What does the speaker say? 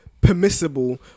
permissible